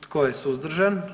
Tko je suzdržan?